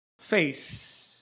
face